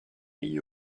pays